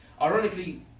Ironically